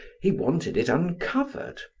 he wanted it uncovered.